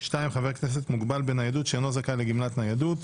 2. חבר כנסת מוגבל בניידות שאינו זכאי לגמלת ניידות.